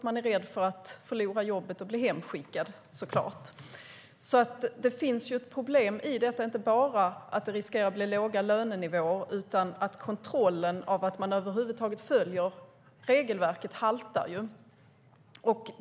Man är rädd att förlora jobbet och bli hemskickad. Det finns alltså ett problem i detta, och det är inte bara att det finns risk för låga lönenivåer utan att kontrollen av att man över huvud taget följer regelverket haltar.